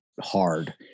hard